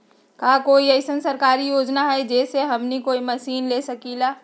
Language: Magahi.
का कोई अइसन सरकारी योजना है जै से हमनी कोई मशीन ले सकीं ला?